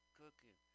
cooking